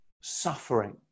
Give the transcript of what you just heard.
suffering